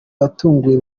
yatunguye